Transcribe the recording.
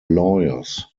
lawyers